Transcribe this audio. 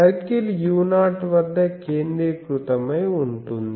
circle u0 వద్ద కేంద్రీకృతమై ఉంటుంది